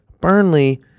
Burnley